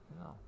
No